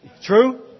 True